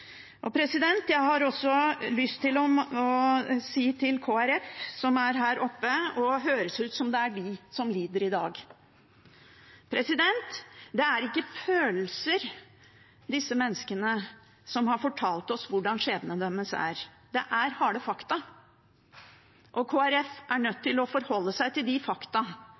Jeg har også lyst til å si noe til Kristelig Folkeparti, som står her oppe og får det til å høres ut som om det er de som lider i dag: De menneskene som har fortalt oss om skjebnene sine, er ikke følelser – det er harde fakta. Og Kristelig Folkeparti er nødt til å forholde seg til de fakta